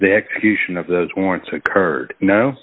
e execution of those warrants occurred no